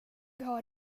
har